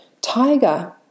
Tiger